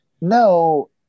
no